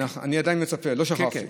אני עדיין מצפה, לא שכחתי.